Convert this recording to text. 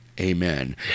amen